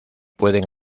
pueden